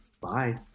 Bye